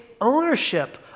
ownership